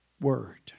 word